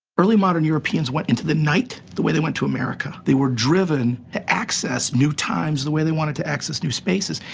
early modern europeans went into the night the way they went to america they were driven to access new times the way they wanted to access new spaces,